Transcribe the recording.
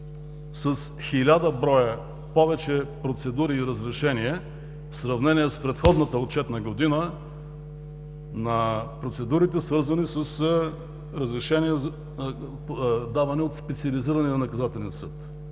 с 1000 броя повече процедури и разрешения в сравнение с предходната отчетна година на процедурите, свързани с разрешения, давани от Специализирания наказателен съд?